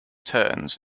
turns